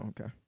okay